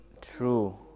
true